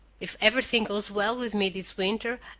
if everything goes well with me this winter,